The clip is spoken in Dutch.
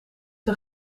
een